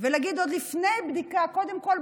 ולהגיד עוד לפני בדיקה: קודם כול,